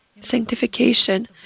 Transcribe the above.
sanctification